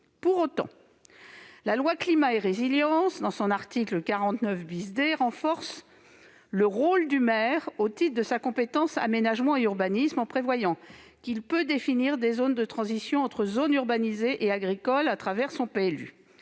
Pour autant, le projet de loi Climat et résilience, dans son article 49 D, renforce le rôle du maire, au titre de sa compétence aménagement et urbanisme, en prévoyant qu'il peut définir des zones de transition entre zones urbanisées et agricoles au travers de son